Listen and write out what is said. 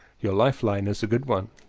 your life-line is a good one,